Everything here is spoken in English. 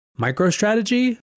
MicroStrategy